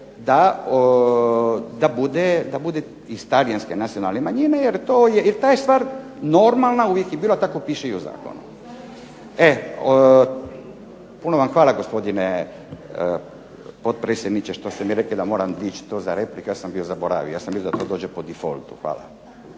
da bude iz talijanske nacionalne manjine jer ta je stvar normalna, uvijek je bila i tako piše i u zakonu. E, puno vam hvala gospodine potpredsjedniče što ste mi rekli da moram dići to za repliku, ja sam bio zaboravio, ja sam mislio da to dođe po defaultu. Hvala.